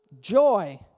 joy